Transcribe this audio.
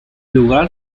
lugar